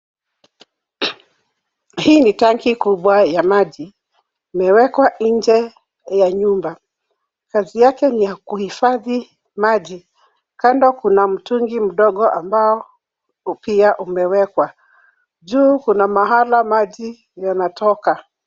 Hii tanki kubwa ya maji, imewekwa nje ya nyumba, kazi yake ni ya kuhifadhi maji. Kando kuna mtungi mdogo ambao pia umewekwa, juu kuna mahala maji yanatoka.